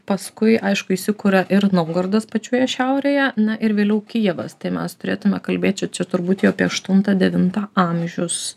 paskui aišku įsikuria ir naugardas pačioje šiaurėje na ir vėliau kijevas tai mes turėtume kalbėt čia čia turbūt jau apie aštuntą devintą amžius